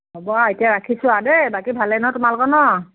হ'ব আৰু এতিয়া ৰাখিছোঁ আৰু দেই বাকী ভালেই নহয় তোমালোকৰ ন